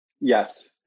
Yes